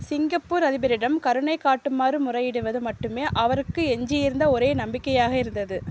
Singapore அதிபரிடம் கருணை காட்டுமாறு முறையிடுவது மட்டுமே அவருக்கு எஞ்சியிருந்த ஒரே நம்பிக்கையாக இருந்தது